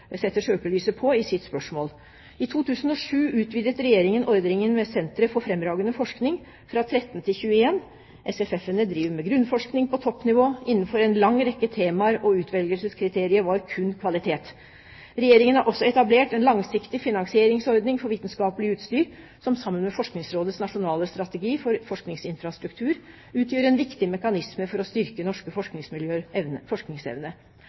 setter søkelyset på i sitt spørsmål. I 2007 utvidet Regjeringen ordningen med Sentre for fremragende forskning fra 13 til 21. SFFene driver med grunnforskning på toppnivå innenfor en lang rekke temaer, og utvelgelseskriteriet var kun kvalitet. Regjeringen har også etablert en langsiktig finansieringsordning for vitenskapelig utstyr, som sammen med Forskningsrådets nasjonale strategi for forskningsinfrastruktur utgjør en viktig mekanisme for å styrke norske forskningsmiljøers forskningsevne.